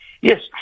Yes